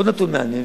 עוד נתון מעניין,